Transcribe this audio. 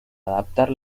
adaptar